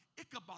Ichabod